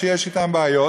שיש אתם בעיות,